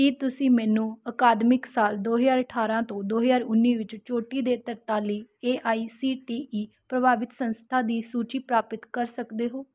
ਕੀ ਤੁਸੀਂ ਮੈਨੂੰ ਅਕਾਦਮਿਕ ਸਾਲ ਦੋ ਹਜ਼ਾਰ ਅਠਾਰਾਂ ਤੋਂ ਦੋ ਹਜ਼ਾਰ ਉੱਨੀ ਵਿੱਚ ਚੋਟੀ ਦੇ ਤਰਤਾਲੀ A I C T E ਪ੍ਰਭਾਵਿਤ ਸੰਸਥਾ ਦੀ ਸੂਚੀ ਪ੍ਰਾਪਤ ਕਰ ਸਕਦੇ ਹੋ